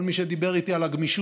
כל מי שדיבר איתי על הגמישות,